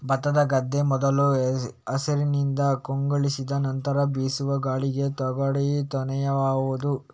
ಭತ್ತದ ಗದ್ದೆ ಮೊದಲು ಹಸಿರಿನಿಂದ ಕಂಗೊಳಿಸಿದರೆ ನಂತ್ರ ಬೀಸುವ ಗಾಳಿಗೆ ತೂಗಾಡಿ ತೊನೆಯುವುದು